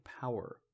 power